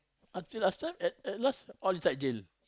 til last time at last all inside jail